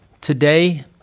today